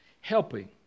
Helping